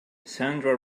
sandra